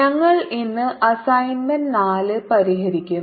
ഞങ്ങൾ ഇന്ന് അസൈൻമെന്റ് 4 പരിഹരിക്കും